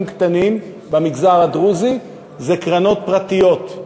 קטנים במגזר הדרוזי אלה קרנות פרטיות.